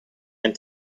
ein